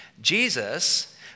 Jesus